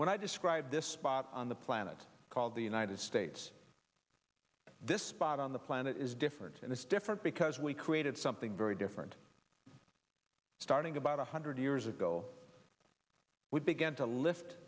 when i described this spot on the planet called the united states this spot on the planet is different and it's different because we created something very different starting about one hundred years ago we began to lift